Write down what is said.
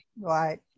Right